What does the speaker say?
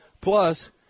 plus